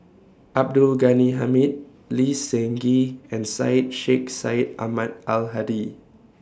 Abdul Ghani Hamid Lee Seng Gee and Syed Sheikh Syed Ahmad Al Hadi